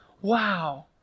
wow